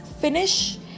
finish